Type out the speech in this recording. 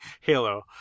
Halo